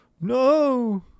No